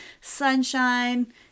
sunshine